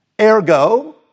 Ergo